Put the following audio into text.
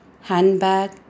handbag